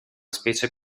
specie